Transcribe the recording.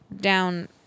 down